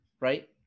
right